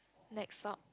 next up